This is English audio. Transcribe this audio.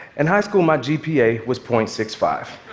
in high school, my gpa was point six five.